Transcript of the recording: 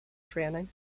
training